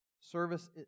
Service